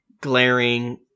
glaring